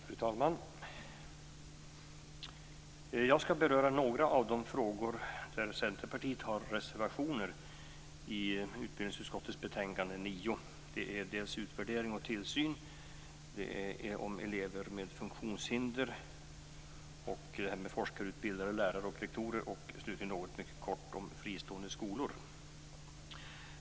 Fru talman! Jag skall beröra några av de frågor där Centerpartiet har reservationer i utbildningsutskottets betänkande 9. Det gäller utvärdering och tillsyn, elever med funktionshinder, forskningsutbildade lärare och rektorer och slutligen något mycket kort om fristående skolor.